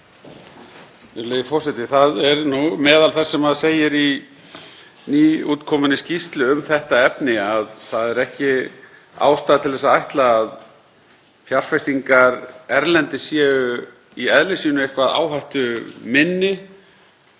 forseti. Meðal þess sem segir í nýútkominni skýrslu um þetta efni er að ekki sé ástæða til að ætla að fjárfestingar erlendis séu í eðli sínu eitthvað áhættuminni